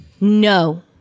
No